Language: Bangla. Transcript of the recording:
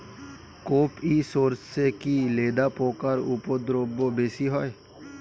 কোপ ই সরষে কি লেদা পোকার উপদ্রব বেশি হয়?